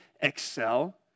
excel